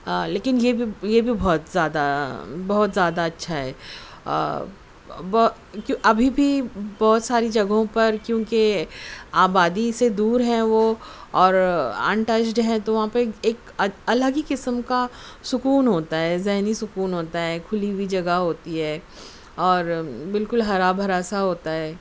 لیکن یہ بھی یہ بھی بہت زیادہ بہت زیادہ اچھا ہے بہ ابھی بھی بہت ساری جگہوں پر کیونکہ آبادی سے دور ہے وہ اور انٹچڈ ہے تو وہاں پہ ایک الگ ہی قسم کا سکون ہوتا ہے ذہنی سکون ہوتا ہے کھلی ہوئی جگہ ہوتی ہے اور بالکل ہرا بھرا سا ہوتا ہے